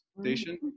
station